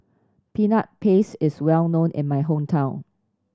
Peanut Paste is well known in my hometown